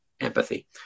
empathy